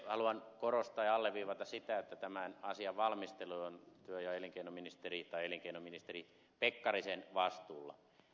haluan korostaa ja alleviivata sitä että tämän asian valmistelu on elinkeinoministeri pekkarisen vastuulla